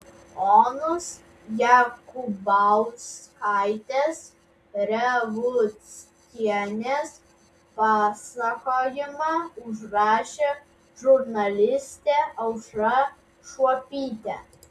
onos jakubauskaitės revuckienės pasakojimą užrašė žurnalistė aušra šuopytė